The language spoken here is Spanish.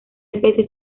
especie